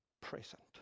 present